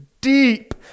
deep